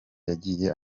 yagiye